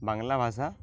বাংলা ভাষা